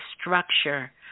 structure